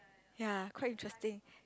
ya quite interesting